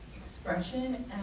expression